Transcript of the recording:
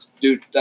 dude